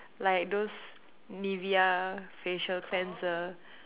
like those Nivea facial cleanser